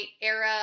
era